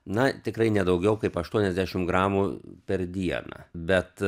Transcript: na tikrai ne daugiau kaip aštuoniasdešim gramų per dieną bet